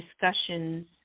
discussions